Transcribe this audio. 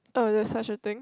oh there's such a thing